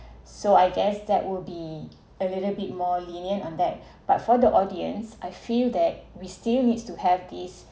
so I guess that would be a little bit more lenient on that but for the audience I feel that we still needs to have this